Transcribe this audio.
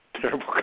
Terrible